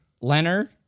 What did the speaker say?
Leonard